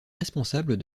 responsables